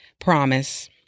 promise